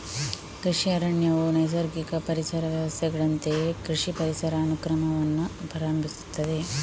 ಕೃಷಿ ಅರಣ್ಯವು ನೈಸರ್ಗಿಕ ಪರಿಸರ ವ್ಯವಸ್ಥೆಗಳಂತೆಯೇ ಕೃಷಿ ಪರಿಸರ ಅನುಕ್ರಮವನ್ನು ಪ್ರಾರಂಭಿಸುತ್ತದೆ